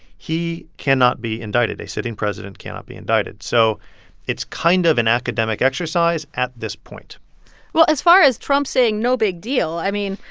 he cannot be indicted. a sitting president cannot be indicted. so it's kind of an academic exercise at this point well, as far as trump saying no big deal, i mean,